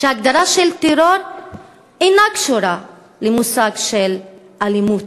שהגדרה של טרור אינה קשורה למושג של אלימות,